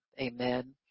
Amen